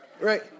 Right